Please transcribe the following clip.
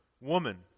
Woman